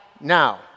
now